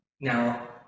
Now